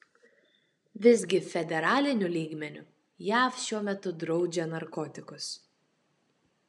visgi federaliniu lygmeniu jav šiuo metu draudžia narkotikus